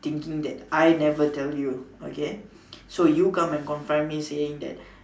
thinking that I never tell you okay so you come and confront me saying that